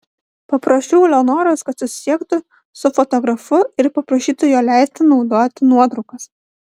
paprašiau eleonoros kad susisiektų su fotografu ir paprašytų jo leisti naudoti nuotraukas